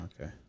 okay